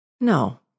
No